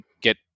get